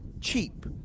cheap